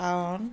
কাৰণ